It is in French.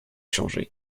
changé